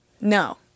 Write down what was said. No